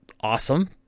awesome